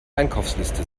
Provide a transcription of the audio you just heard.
einkaufsliste